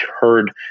heard